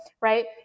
right